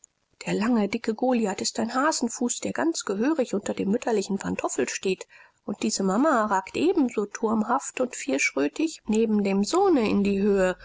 der lange dicke goliath ist ein hasenfuß der ganz gehörig unter dem mütterlichen pantoffel steht und diese mama ragt ebenso turmhaft und vierschrötig neben dem sohne in die höhe